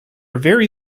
very